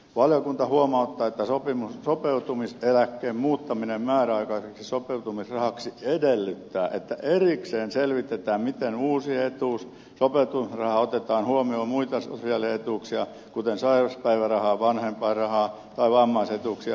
valiokunta huomauttaa että sopeutumiseläkkeen muuttuminen määräaikaiseksi sopeutumisrahaksi edellyttää että erikseen selvitetään miten uusi etuus sopeutumisraha otetaan huomioon muita sosiaalietuuksia kuten sairauspäivärahaa vanhempainrahaa tai vammaisetuuksia myönnettäessä